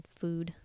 food